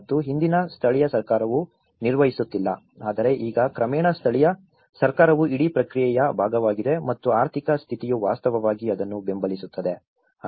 ಮತ್ತು ಹಿಂದಿನ ಸ್ಥಳೀಯ ಸರ್ಕಾರವು ನಿರ್ವಹಿಸುತ್ತಿಲ್ಲ ಆದರೆ ಈಗ ಕ್ರಮೇಣ ಸ್ಥಳೀಯ ಸರ್ಕಾರವು ಇಡೀ ಪ್ರಕ್ರಿಯೆಯ ಭಾಗವಾಗಿದೆ ಮತ್ತು ಆರ್ಥಿಕ ಸ್ಥಿತಿಯು ವಾಸ್ತವವಾಗಿ ಅದನ್ನು ಬೆಂಬಲಿಸುತ್ತದೆ